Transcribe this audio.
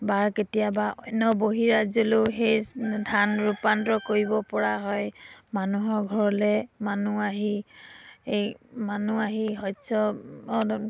বা কেতিয়াবা অন্য বহি ৰাজ্য়লৈও সেই ধান ৰূপান্তৰ কৰিব পৰা হয় মানুহৰ ঘৰলৈ মানুহ আহি এই মানুহ আহি শস্য